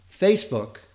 Facebook